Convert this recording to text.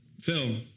Phil